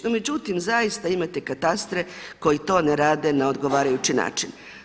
No međutim zaista imate katastre koji to ne rade na odgovarajući način.